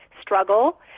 struggle